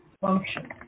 function